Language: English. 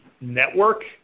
network